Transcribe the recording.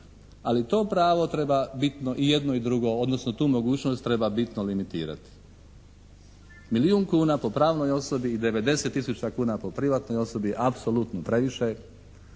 Ali to pravo treba bitno, i jedno i drugo odnosno tu mogućnost treba bitno limitirati. Milijun kuna po pravnoj osobi i 90 tisuća kuna po privatnoj osobi apsolutno previše